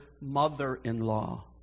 mother-in-law